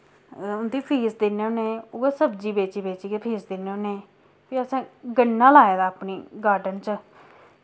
उं'दी फीस दिन्ने होने उऐ सब्जी बेची बेचियै फीस दिन्ने होने फ्ही असैं गन्ना लाए दा अपने गार्डन च